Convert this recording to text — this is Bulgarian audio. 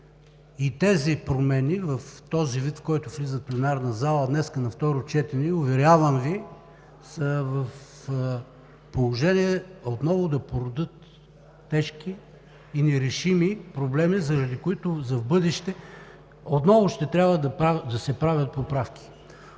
Тези промени, в този им вид, в който влизат в пленарната зала днес за второ четене, уверявам Ви, са в положение отново да породят тежки и нерешими проблеми, заради които в бъдеще отново ще трябва да се правят поправки.